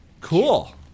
Cool